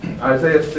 Isaiah